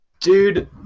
Dude